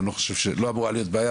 לא אמורה להיות בעיה,